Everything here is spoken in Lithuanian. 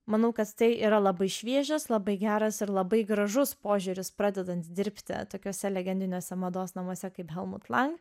manau kad tai yra labai šviežias labai geras ir labai gražus požiūris pradedant dirbti tokiuose legendiniuose mados namuose kaip helmut lang